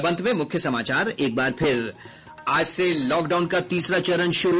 और अब अंत में मुख्य समाचार आज से लॉकडाउन का तीसरा चरण शुरू